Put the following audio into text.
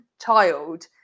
child